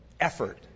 effort